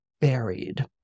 buried